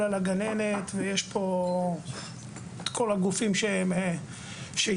על הגננת ונמצאים כאן כל הגופים שהתנגדו